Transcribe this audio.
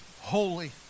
holy